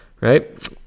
right